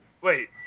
Wait